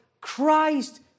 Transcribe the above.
Christ